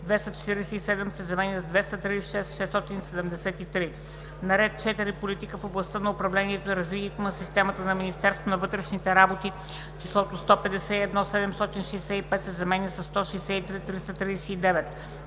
247,0“ се заменя с „236 673,0“; - на ред 4. Политика в областта на управлението и развитието на системата на Министерството на вътрешните работи числото „151 765,0“ се заменя със „163 339,0“;